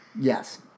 Yes